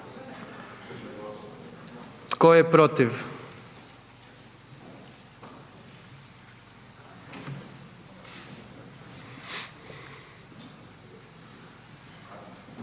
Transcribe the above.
tko je protiv?